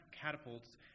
catapults